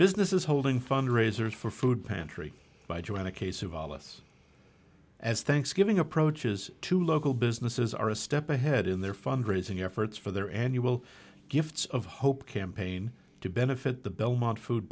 business is holding fundraisers for food pantry by joanna case of alephs as thanksgiving approaches to local businesses are a step ahead in their fundraising efforts for their annual gifts of hope campaign to benefit the belmont food